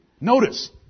Notice